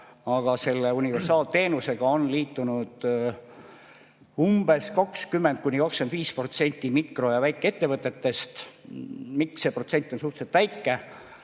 teavad, et universaalteenusega on liitunud umbes 20–25% mikro‑ ja väikeettevõtetest. Miks see protsent on suhteliselt väike?